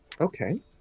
Okay